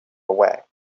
away